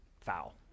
foul